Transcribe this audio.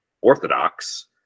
orthodox